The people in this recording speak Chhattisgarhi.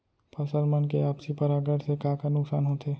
फसल मन के आपसी परागण से का का नुकसान होथे?